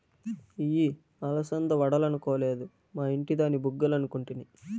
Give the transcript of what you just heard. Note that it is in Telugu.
ఇయ్యి అలసంద వడలనుకొలేదు, మా ఇంటి దాని బుగ్గలనుకుంటిని